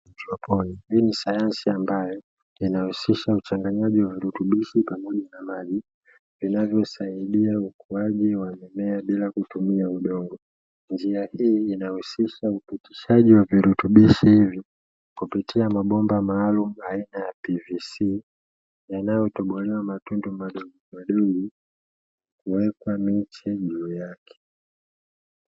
Haidroponi, hii ni sayansi ambayo inahusisha uchanganyaji wa virutubishi pamoja na maji, vinavyosaidia ukuaji wa mimea bila kutumia udongo njia hii inahusisha upitishaji wa virutubishi kupitia mabomba maalumu aina ya pvc yanayotobolewa matundu madogomadogo kuwekwa miche juu yake.